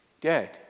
dead